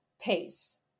pace